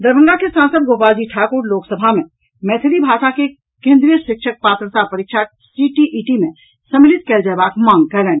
दरभंगा के सांसद गोपाल जी ठाकुर लोकसभा मे मैथिली भाषा के केन्द्रीय शिक्षक पात्रता परीक्षा सीटीईटी मे सम्मिलित कयल जयबाक मांग कयलनि